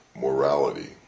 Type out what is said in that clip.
morality